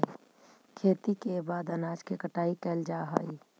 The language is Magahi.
खेती के बाद अनाज के कटाई कैल जा हइ